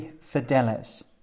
Fidelis